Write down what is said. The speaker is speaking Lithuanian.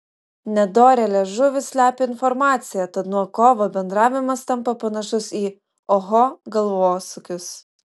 nedorėlės žuvys slepia informaciją tad nuo kovo bendravimas tampa panašus į oho galvosūkius